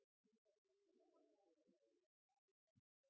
hvor man